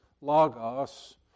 logos